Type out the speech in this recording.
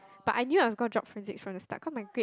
but I knew I was gonna start physics from the start cause my grade